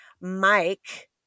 Mike